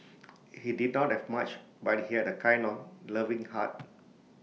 he did not have much but he had A kind on loving heart